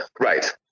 right